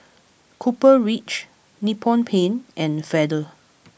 Copper Ridge Nippon Paint and Feather